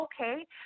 Okay